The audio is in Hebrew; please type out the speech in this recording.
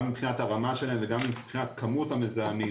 גם מבחינת הרמה שלהם וגם מבחינת כמות המזהמים,